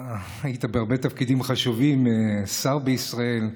היית בהרבה תפקידים חשובים, שר בישראל.